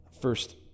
First